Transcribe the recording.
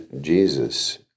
Jesus